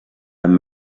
amb